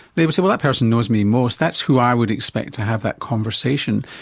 they would say, well, that person knows me most, that's who i would expect to have that conversation